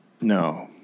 No